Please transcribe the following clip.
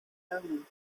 omen